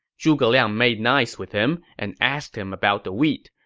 zhuge liang made nice with him and asked him about the wheat.